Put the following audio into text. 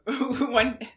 One